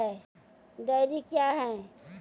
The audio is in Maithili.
डेयरी क्या हैं?